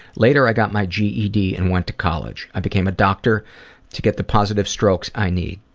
later i got my ged and went to college. i became a doctor to get the positive strokes i need.